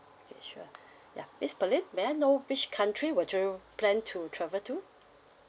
okay sure ya miss pearlyn may I know which country would you plan to travel to